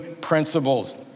principles